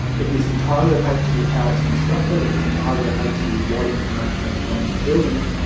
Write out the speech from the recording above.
it is entirely opaque to you how it's constructed, it's entirely opaque to you what information has gone into building it,